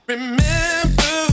Remember